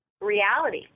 reality